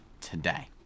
today